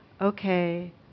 okay